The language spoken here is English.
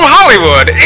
Hollywood